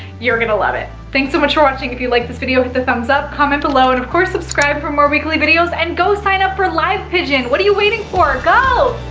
you're gonna love it. thanks so much for watching. if you liked this video hit the thumbs up, comment below and of course subscribe for more weekly videos and go sign up for livepigeon. what are you waiting for? go!